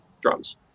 drums